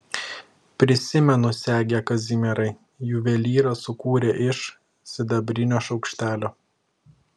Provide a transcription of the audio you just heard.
prisimenu segę kazimierai juvelyras sukūrė iš sidabrinio šaukštelio